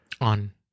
on